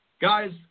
Guys